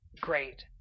great